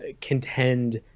contend